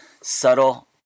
Subtle